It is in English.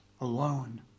alone